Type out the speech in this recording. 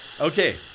Okay